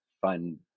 fun